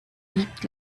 liebt